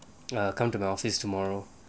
come to my office tomorrow